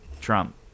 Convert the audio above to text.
trump